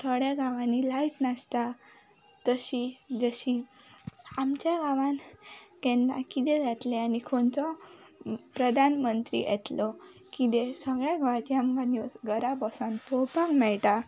थोड्या गांवानी लायट नासता तशी जशी आमच्या गांवान केन्ना कितें जातलें आनी खंयचो प्रधानमंत्री येतलो किते सगळ्या गोंयाची न्यूज घरा बसून पळोवपाक मेळटा